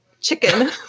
chicken